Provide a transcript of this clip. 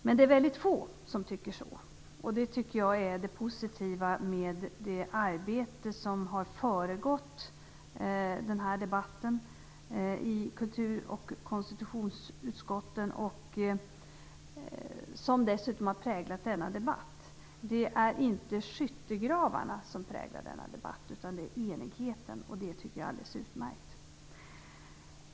Men det är väldigt få som tycker så, och det tycker jag är det positiva med det arbete som har föregått denna debatt i kultur och konstitutionsutskotten, och som dessutom har präglat denna debatt. Det är inte skyttegravarna som präglar denna debatt, utan det är enigheten. Det tycker jag är alldeles utmärkt.